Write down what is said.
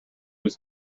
was